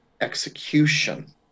execution